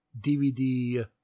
DVD